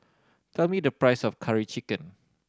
tell me the price of Curry Chicken